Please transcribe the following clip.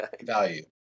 Value